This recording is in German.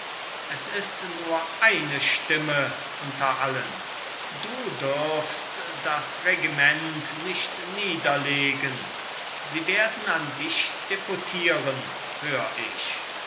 es ist nur eine stimme unter allen du dürfst das regiment nicht niederlegen sie werden an dich deputieren hör ich